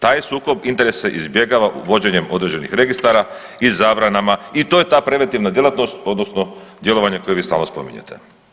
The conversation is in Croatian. Taj se sukob interesa izbjegava vođenjem određenih registara i zabranama i to je ta preventivna djelatnost, odnosno djelovanje koje vi stalno spominjete.